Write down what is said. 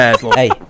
Hey